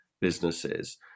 businesses